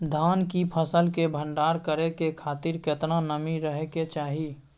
धान की फसल के भंडार करै के खातिर केतना नमी रहै के चाही?